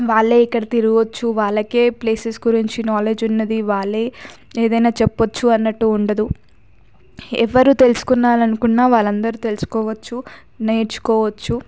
వాళ్ళే ఇక్కడ తిరుగవచ్చు వాళ్ళకే ప్లేసెస్ గురించి నాలెడ్జ్ ఉన్నది వాళ్ళే ఏదైనా చెప్పవచ్చు అన్నట్టు ఉండదు ఎవరు తెలుసుకోవాలనుకున్నా వాళ్ళందరూ తెలుసుకోవచ్చు నేర్చుకోవచ్చు